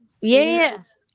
Yes